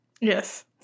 yes